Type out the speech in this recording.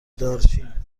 دارچین